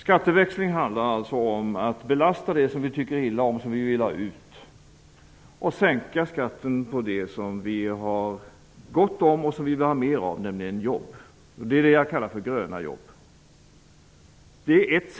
Skatteväxling handlar alltså om att belasta det som vi tycker illa om och som vill få bort och sänka skatten på det som vi har gott om eller som vi vill ha mer av, nämligen jobb. Det kallar jag för gröna jobb. Det här är ett